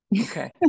Okay